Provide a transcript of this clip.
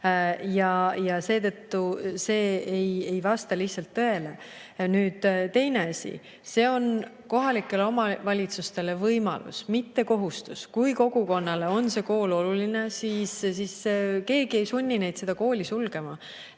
jutt] ei vasta lihtsalt tõele. Teine asi, see on kohalikele omavalitsustele võimalus, mitte kohustus. Kui kogukonnale on kool oluline, siis keegi ei sunni seda sulgema.